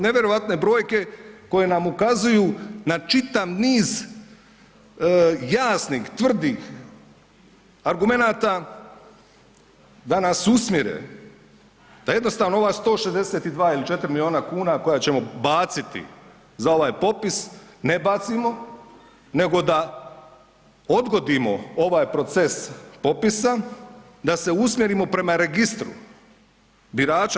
Nevjerojatne brojke koje nam ukazuju na čitav niz jasnih, tvrdih argumenata da nas usmjere da jednostavno ova 162 ili 4 miliona kuna koje ćemo baciti za ovaj popis ne bacimo nego da odgodimo ovaj proces popisa da se usmjerimo prema registru birača.